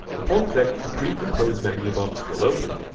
upon click, the pre-compose menu box will open.